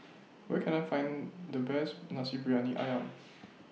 Where Can I Find The Best Nasi Briyani Ayam